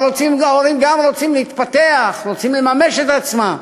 ההורים גם רוצים להתפתח, רוצים לממש את עצמם,